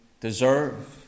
deserve